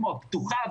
כמו הפתוחה,